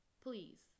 please